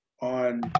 on